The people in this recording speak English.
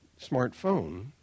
smartphone